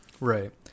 Right